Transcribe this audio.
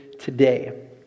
today